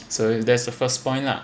so that's a first point lah